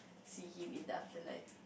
see him in the afterlife